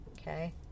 Okay